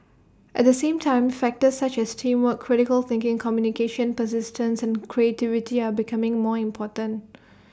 at the same time factors such as teamwork critical thinking communication persistence and creativity are becoming more important